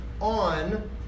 on